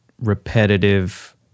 repetitive